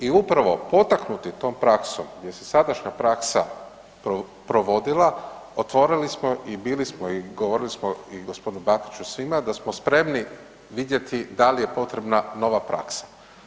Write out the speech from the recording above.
I upravo potaknuti tom praksom jer se sadašnja praksa provodila otvorili smo i bili smo i govorili smo i gospodinu … [[ne razumije se]] i svima da smo spremni vidjeti da li je potrebna nova praksa.